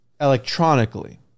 electronically